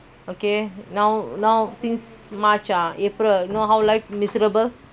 miserable you know a not you know how life a lot of people no work